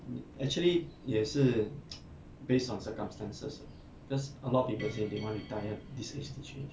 actually 也是 based on circumstances 的 because a lot of people say they want retire this age this age